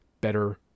better